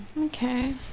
okay